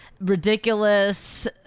ridiculous